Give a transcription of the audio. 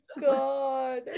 god